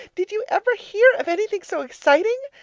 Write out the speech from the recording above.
did you ever hear of anything so exciting?